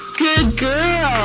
good girl!